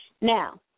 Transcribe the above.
Now